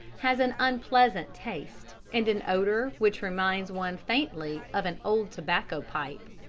has an unpleasant taste, and an odour which reminds one faintly of an old tobacco-pipe.